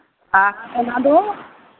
ᱟᱨ ᱚᱱᱟ ᱫᱚ